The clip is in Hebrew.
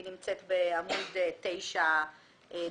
היא נמצאת בעמוד 9 למעלה.